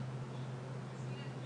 בבקשה שירה.